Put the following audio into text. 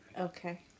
Okay